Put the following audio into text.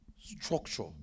Structure